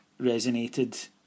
resonated